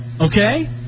Okay